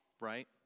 right